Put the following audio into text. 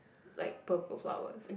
like purple flowers